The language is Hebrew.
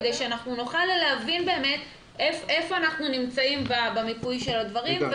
כדי שנוכל להבין באמת איפה אנחנו נמצאים במיפוי של הדברים,